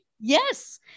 Yes